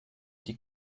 die